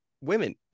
women